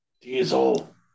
Diesel